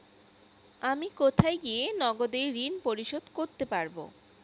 আমি কোথায় গিয়ে নগদে ঋন পরিশোধ করতে পারবো?